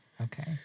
okay